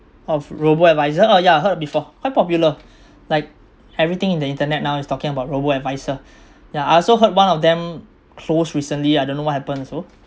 of robo adviser oh yeah heard before quite popular like everything in the internet now is talking about robo adviser yeah I also heard one of them closed recently I don't know what happened also